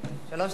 שלוש דקות.